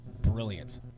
brilliant